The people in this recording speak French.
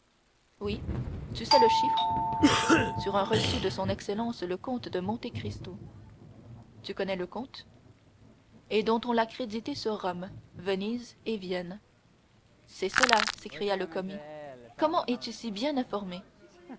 oui tu sais le chiffre sur un reçu de son excellence le comte de monte cristo tu connais le comte et dont on l'a crédité sur rome venise et vienne c'est cela s'écria le commis comment es-tu si bien informé